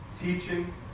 teaching